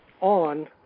on